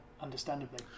Understandably